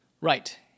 Right